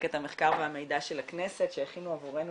ממחלקת המחקר והמידע של הכנסת שהכינו עבורנו